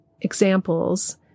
examples